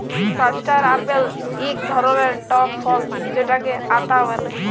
custard apple ইক ধরলের টক ফল যেটকে আতা ব্যলে